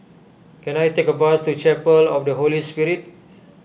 can I take a bus to Chapel of the Holy Spirit